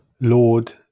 Lord